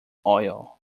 oil